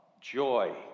joy